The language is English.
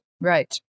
Right